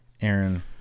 Aaron